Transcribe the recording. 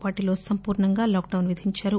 వాటిలో సంపూర్ణంగా లాక్డొస్ విధించారు